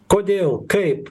kodėl kaip